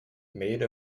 made